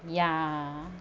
ya